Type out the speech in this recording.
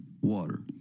water